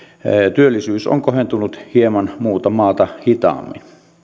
työllisyys on kohentunut hieman muuta maata hitaammin